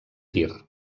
tir